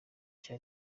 cya